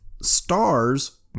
stars